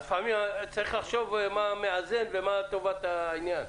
אז לפעמים צריך לחשוב מה מאזן ומה טובת העניין.